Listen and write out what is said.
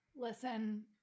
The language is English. Listen